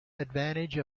advantage